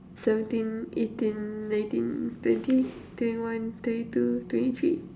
seventeen eighteen nineteen twenty twenty one twenty two twenty three